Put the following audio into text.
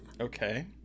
Okay